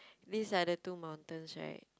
these are the two mountains right